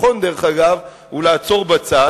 הדבר הנכון, דרך אגב, הוא לעצור בצד.